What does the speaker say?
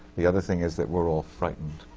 the other thing is that we're all frightened.